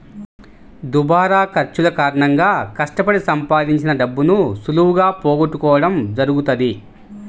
దుబారా ఖర్చుల కారణంగా కష్టపడి సంపాదించిన డబ్బును సులువుగా పోగొట్టుకోడం జరుగుతది